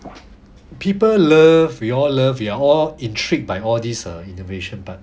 people love we all love ya we are all intrigued by all these innovation but